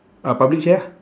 ah public chair ah